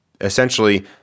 essentially